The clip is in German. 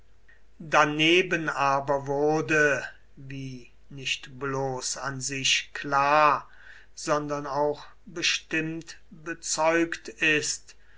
daneben aber wurde wie nicht bloß an sich klar sondern auch bestimmt bezeugt ist